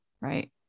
right